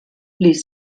ließ